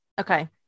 okay